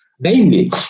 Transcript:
Namely